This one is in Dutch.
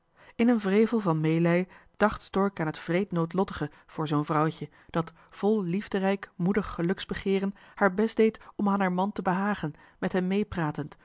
in een wrevel van meelij dacht stork aan het wreednoodlottige voor zoo'n vrouwtje dat vol liefderijk moedig geluksbegeeren haar best deed om aan haar man johan de meester de zonde in het deftige dorp te behagen met hem meepratend